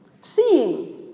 Seeing